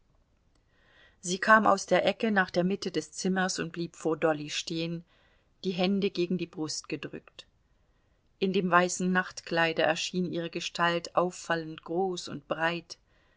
sie kam aus der ecke nach der mitte des zimmers und blieb vor dolly stehen die hände gegen die brust gedrückt in dem weißen nachtkleide erschien ihre gestalt auffallend groß und breit